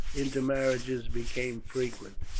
intermarriages became frequent.